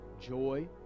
joy